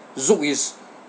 zouk is